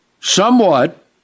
somewhat